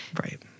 Right